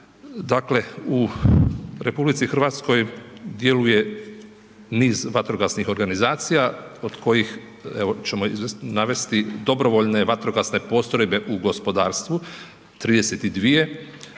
Dakle, u RH djeluje niz vatrogasnih organizacija od kojih evo ćemo navesti dobrovoljne vatrogasne postrojbe u gospodarstvu 32,